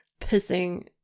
pissing